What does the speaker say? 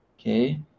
okay